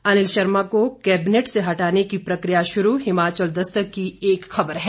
अनिल शर्मा को केबिनेट से हटाने की प्रक्रिया शुरू हिमाचल दस्तक की एक खबर है